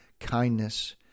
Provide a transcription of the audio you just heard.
kindness